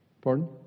Pardon